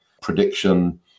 prediction